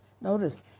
Notice